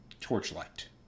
torchlight